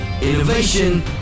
Innovation